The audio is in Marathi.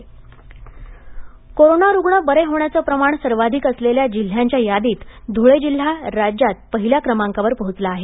कोविड आढावा धळे कोरोना रुग्ण बरे होण्याचे प्रमाण सर्वाधिक असलेल्या जिल्ह्यांच्या यादीत ध्रळे जिल्हा राज्यात पहिल्या क्रमांकावर पोहचला आहे